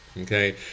Okay